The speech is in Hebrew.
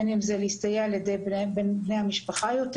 בין אם זה להסתייע ע"י בני המשפחה יותר